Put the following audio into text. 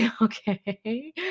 Okay